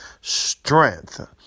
strength